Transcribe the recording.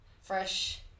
Fresh